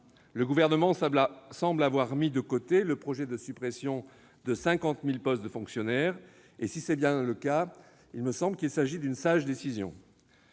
Le Gouvernement semble avoir mis de côté le projet de suppression de 50 000 postes de fonctionnaires. Si tel est bien le cas, sans doute s'agit-il d'une sage décision.